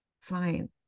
fine